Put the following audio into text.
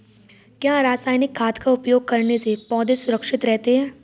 क्या रसायनिक खाद का उपयोग करने से पौधे सुरक्षित रहते हैं?